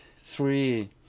three